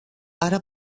ara